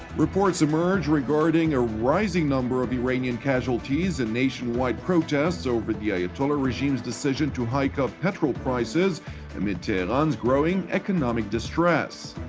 reports emerge regarding a rising numbers of iranian casualties in nation-wide protests over the ayatollah regime's decision to hike-up petrol prices amid tehran's growing economic distress.